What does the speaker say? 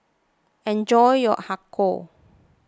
enjoy your Har Kow